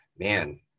man